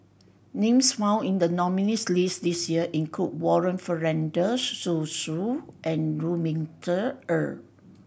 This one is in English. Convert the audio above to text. names found in the nominees' list this year include Warren Fernandez Zhu Xu and Lu Ming Teh Earl